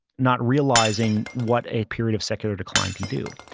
not realizing what a period of secular decline can do.